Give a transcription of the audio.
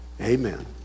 Amen